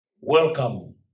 Welcome